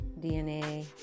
DNA